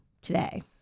today